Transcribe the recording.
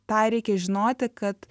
tą reikia žinoti kad